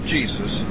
Jesus